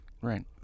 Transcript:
Right